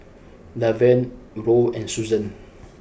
Lavern Roe and Susan